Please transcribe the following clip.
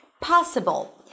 possible